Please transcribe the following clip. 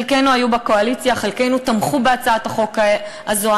חלקנו היו בקואליציה, חלקנו תמכו בהצעת החוק הזו.